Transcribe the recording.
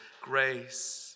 grace